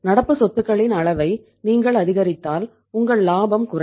நடப்பு சொத்துகளின் அளவை நீங்கள் அதிகரித்தால் உங்கள் லாபம் குறையும்